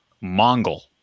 Mongol